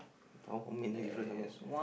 how many difference are there